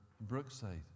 Brookside